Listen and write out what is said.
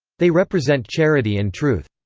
they represent charity and truth.